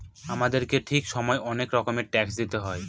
আমাদেরকে ঠিক সময়ে অনেক রকমের ট্যাক্স দিতে হয়